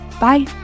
Bye